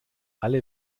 alle